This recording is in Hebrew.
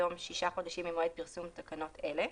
בתום 6 חודשים ממועד פרסום תקנות אלה.